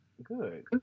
Good